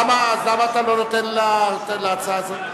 אז למה אתה לא נותן להצעה הזאת,